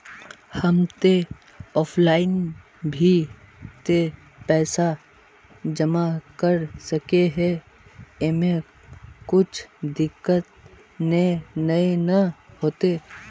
हम ते ऑफलाइन भी ते पैसा जमा कर सके है ऐमे कुछ दिक्कत ते नय न होते?